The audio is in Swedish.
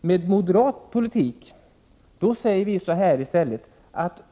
Vi moderater anser att